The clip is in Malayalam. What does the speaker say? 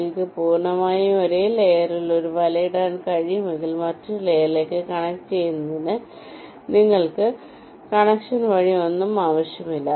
നിങ്ങൾക്ക് പൂർണ്ണമായും ഒരേ ലെയറിൽ ഒരു വല ഇടാൻ കഴിയുമെങ്കിൽ മറ്റൊരു ലെയറിലേക്ക് കണക്ട് ചെയ്യുന്നതിന് നിങ്ങൾക്ക് കണക്ഷൻ വഴി ഒന്നും ആവശ്യമില്ല